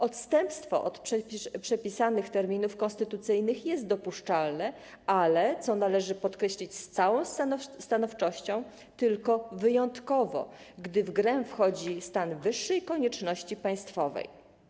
Odstępstwo od przepisanych terminów konstytucyjnych jest dopuszczalne, ale - co należy podkreślić z całą stanowczością - tylko wyjątkowo, gdy w grę wchodzi stan wyższej konieczności państwowej.